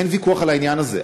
אין ויכוח על העניין הזה,